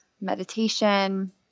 meditation